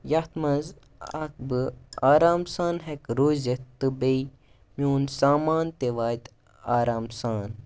یَتھ منٛز اَکھ بہٕ آرام سان ہیٚکہٕ روٗزِتھ تہٕ بیٚیہِ میون سامان تہِ واتہِ آرام سان